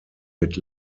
wird